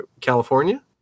California